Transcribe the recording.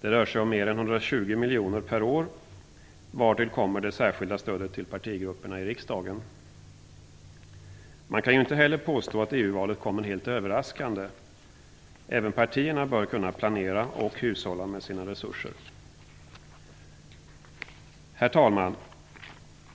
Det rör sig om mer än 120 miljoner per år, vartill kommer det särskilda stödet till partigrupperna i riksdagen. Man kan ju inte heller påstå att EU-valet kommer helt överraskande. Även partierna bör kunna planera och hushålla med sina resurser. Herr talman!